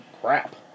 crap